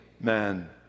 man